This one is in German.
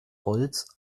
holz